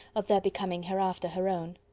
of their becoming hereafter her own.